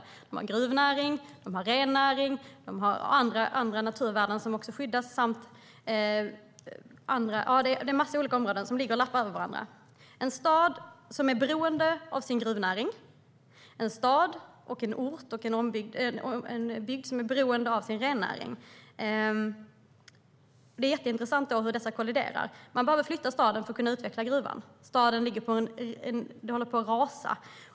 Det är gruvnäringen, rennäringen och andra områden med naturvärden som lappar över varandra. Det är en stad som är beroende av gruvnäringen. Det är en bygd som är beroende av rennäringen. Det är mycket intressant att se hur dessa områden kolliderar. Staden behöver flyttas för att gruvan ska kunna utvecklas. Staden håller på att rasa.